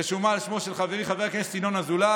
רשומה על שמו של חברי חבר הכנסת ינון אזולאי.